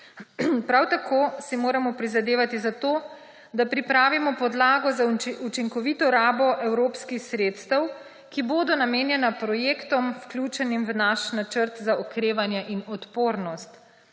Prav tako si moramo prizadevati za to, da pripravimo podlago za učinkovito rabo evropskih sredstev, ki bodo namenjena projektom, vključenim v naš Načrt za okrevanje in odpornost.